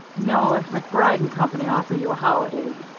no, if macbride and company offer you a holiday,